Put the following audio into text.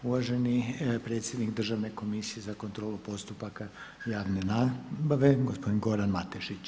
Uvaženi predsjednik Državne komisije za kontrolu postupaka javne nabave gospodin Goran Matešić.